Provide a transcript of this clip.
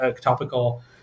topical